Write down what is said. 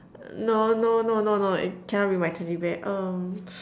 no no no no no it cannot be my teddy bear um